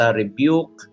rebuke